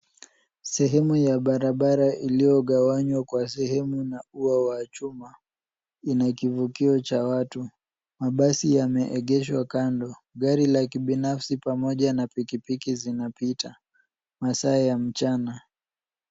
Sehemu ya barabara iliyogawanywa kwa sehemu na ua wa chuma, ina kivukio cha watu. Mabasi yameegeshwa kando. Gari la kibinafsi pamoja na pikipiki zinapita. Masaa ya mchana.